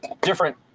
different